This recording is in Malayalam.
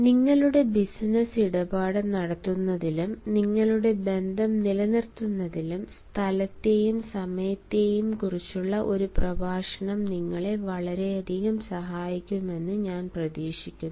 നിങ്ങളുടെ ബിസിനസ്സ് ഇടപാട് നടത്തുന്നതിലും നിങ്ങളുടെ ബന്ധം നിലനിർത്തുന്നതിലും സ്ഥലത്തെയും സമയത്തെയും കുറിച്ചുള്ള ഒരു പ്രഭാഷണം നിങ്ങളെ വളരെയധികം സഹായിക്കുമെന്ന് ഞാൻ പ്രതീക്ഷിക്കുന്നു